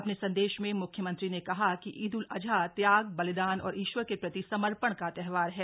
अ ने संदेश में मुख्यमंत्री ने कहा कि ईद उल अजहा त्याग बलिदान और ईश्वर के प्रति समर्थण का त्यौहार है